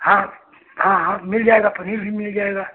हाँ हाँ हाँ मिल जाएगा पनीर भी मिल जाएगा